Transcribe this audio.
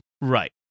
Right